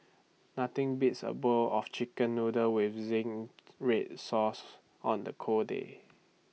nothing beats A bowl of Chicken Noodles with Zingy Red Sauce on the cold day